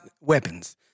weapons